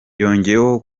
yongeyeho